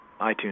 iTunes